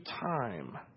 time